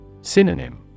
Synonym